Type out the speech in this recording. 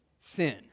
Sin